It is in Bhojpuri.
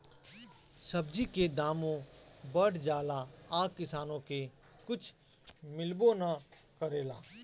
सब्जी के दामो बढ़ जाला आ किसान के कुछ मिलबो ना करेला